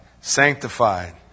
sanctified